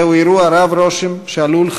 זהו אירוע רב-רושם שעלול,